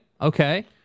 Okay